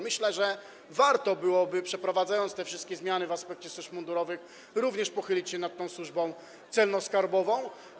Myślę, że warto byłoby, przeprowadzając te wszystkie zmiany w aspekcie służb mundurowych, pochylić się również nad Służbą Celno-Skarbową.